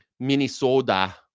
Minnesota